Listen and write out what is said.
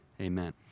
Amen